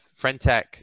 Frentech